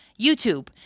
YouTube